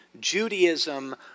Judaism